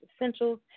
Essentials